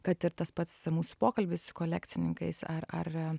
kad ir tas pats mūsų pokalbis su kolekcininkais ar ar